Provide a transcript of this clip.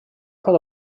pot